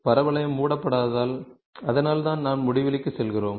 பரவளையம் மூடப்படாததால் அதனால்தான் நாம் முடிவிலிக்குச் செல்கிறோம்